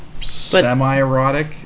semi-erotic